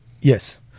yes